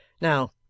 Now